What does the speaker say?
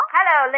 Hello